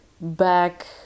back